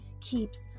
keeps